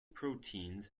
proteins